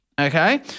Okay